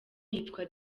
yitwa